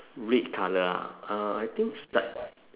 red colour ah uh I think slight